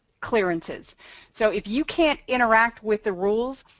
clearances so if you can't interact with the rules